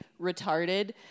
retarded